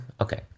okay